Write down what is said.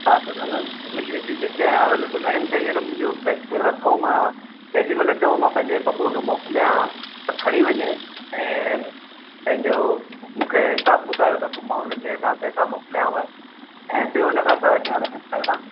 हा त दादा मिली वेंदी त अवेलेबल आहिनि त हींअर मुंहिंजो पैक करे रखो मां जेॾी महिल चओ मां पंहिंजे बबूअ खे मोकिलियां त खणी वञे ऐं पंहिंजो मूंखे हिसाबु ॿुधायो त पोइ मां उन्हनि जे हथां पैसा मोकिलियांव ऐं ॿियो इनखां सवाइ छा रखंदा आहियो तव्हां